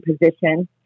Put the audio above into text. position